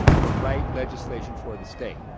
to write legislation for the state.